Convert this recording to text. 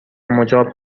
مجاب